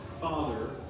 father